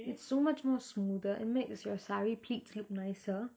it's so much more smoother and makes your saree pleats lookay nicer